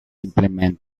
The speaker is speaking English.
implement